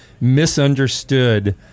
misunderstood